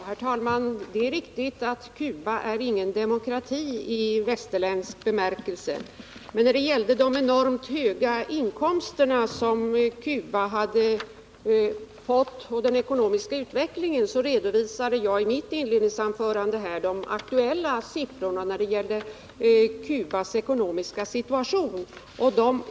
Herr talman! Det är riktigt att Cuba inte är någon demokrati i västerländsk bemärkelse. Vad beträffar de enormt höga inkomster som Cuba skulle ha fått, den ekonomiska utvecklingen och landets ekonomiska situation så redovisade jag de aktuella siffrorna i mitt inledningsanförande.